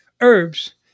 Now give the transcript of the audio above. herbs